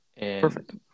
Perfect